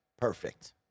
perfect